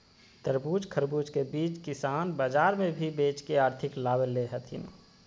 तरबूज, खरबूज के बीज किसान बाजार मे भी बेच के आर्थिक लाभ ले हथीन